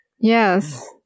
yes